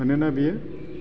मानोना बेयो